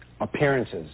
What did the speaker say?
appearances